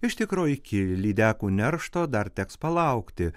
iš tikro iki lydekų neršto dar teks palaukti